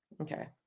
Okay